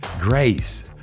grace